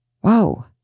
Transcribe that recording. Whoa